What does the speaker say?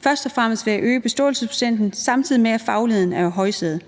først og fremmest ved at øge beståelsesprocenten, samtidig med at fagligheden er i højsædet,